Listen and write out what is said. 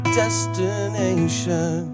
destination